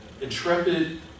intrepid